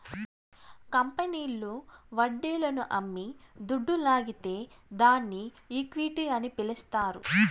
కంపెనీల్లు వడ్డీలను అమ్మి దుడ్డు లాగితే దాన్ని ఈక్విటీ అని పిలస్తారు